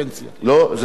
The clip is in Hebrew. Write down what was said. הוא הרי לא מפריש.